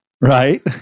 Right